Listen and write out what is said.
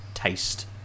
taste